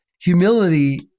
Humility